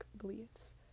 beliefs